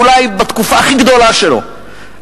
אולי בתקופה הכי גדולה שלו,